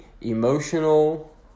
emotional